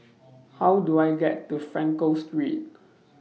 How Do I get to Frankel Street